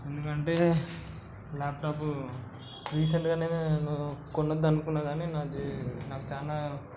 ఎందుకంటే ల్యాప్టాప్ రీసెంట్గానే నేను కొనద్దు అనుకున్నాను కానీ నాకు నాకు చాలా